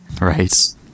Right